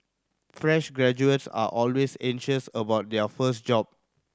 fresh graduates are always anxious about their first job